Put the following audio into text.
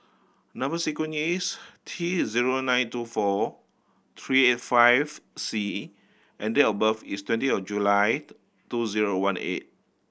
number sequence is T zero nine two four three eight five C and date of birth is twenty of July two zero one eight